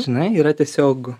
žinai yra tiesiog